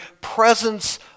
presence